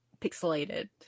pixelated